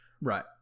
Right